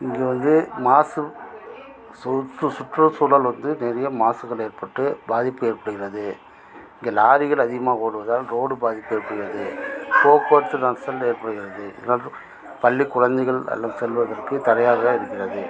இங்கே வந்து மாசு சூற்று சுற்றுசூழல் வந்து நிறையா மாசுகள் ஏற்பட்டு பாதிப்பு ஏற்படுகிறது இங்கே லாரிகள் அதிகமாக ஓடுவதால் ரோடு பாதிப்பு ஏற்படுகிறது போக்குவரத்து நெரிசல் ஏற்படுகிறது பள்ளி குழந்தைகள் அழைத்து செல்வதற்கு தடையாக இருக்கிறது